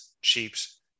sheep's